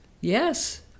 Yes